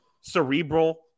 Cerebral